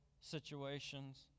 situations